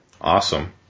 Awesome